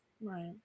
Right